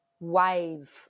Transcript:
wave